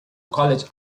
college